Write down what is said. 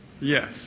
Yes